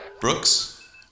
Brooks